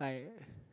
like